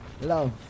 love